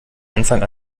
anfang